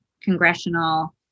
congressional